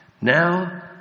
Now